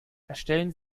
erstellen